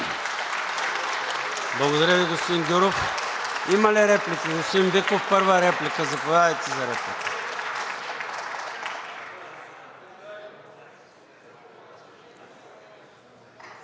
Благодаря Ви, господин Гюров. Има ли реплики? Господин Биков – първа реплика. Заповядайте.